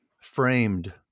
framed